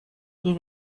die